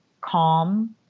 calm